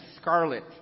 scarlet